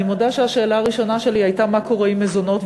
אני מודה שהשאלה הראשונה שלי הייתה מה קורה עם מזונות,